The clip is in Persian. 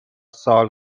سال